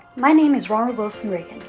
my name is ronald wilson reagan.